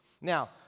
Now